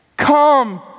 Come